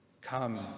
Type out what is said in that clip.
Come